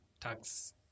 tax